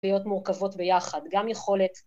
‫להיות מורכבות ביחד, גם יכולת...